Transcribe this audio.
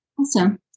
Awesome